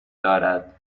دارد